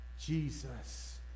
Jesus